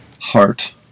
heart